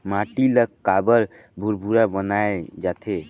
माटी ला काबर भुरभुरा बनाय जाथे?